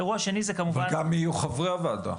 אירוע שני זה כמובן- -- וגם מי יהיו חברי הוועדה.